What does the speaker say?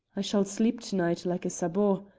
i shall sleep to-night, like a sabot.